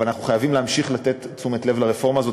אבל אנחנו חייבים להמשיך לתת תשומת לב לרפורמה הזאת,